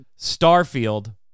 Starfield